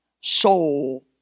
soul